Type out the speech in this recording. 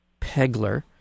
Pegler